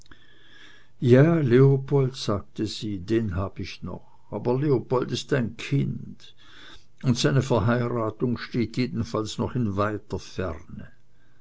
ja leopold sagte sie den hab ich noch aber leopold ist ein kind und seine verheiratung steht jedenfalls noch in weiter ferne